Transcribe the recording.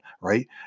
right